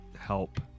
Help